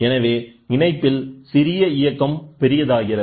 எனவேஇணைப்பில்சிறிய இயக்கம் பெரியதாகிறது